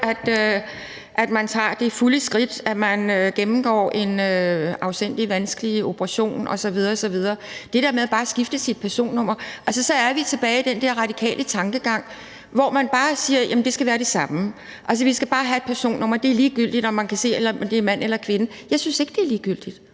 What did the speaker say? at man tager det fulde skridt, at man gennemgår en afsindig vanskelig operation osv. osv., men en anden ting er det der med bare at skifte sit personnummer. Så er vi tilbage i den der radikale tankegang, hvor man bare siger, at det skal være det samme, altså at vi bare skal have et personnummer, og det er ligegyldigt, om man kan se, om det er en mand eller kvinde. Jeg synes ikke, det er ligegyldigt,